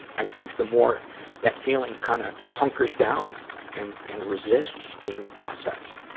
i think the more that feeling kinda hunkers down and, and resists being processed.